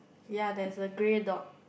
ya there is a grey door